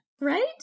Right